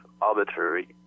arbitrary